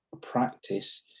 practice